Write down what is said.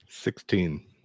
Sixteen